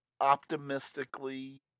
optimistically